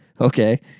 Okay